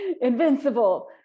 invincible